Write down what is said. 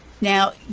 Now